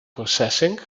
processing